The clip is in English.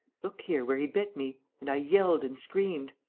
look here, where he bit me. and i yelled and screamed!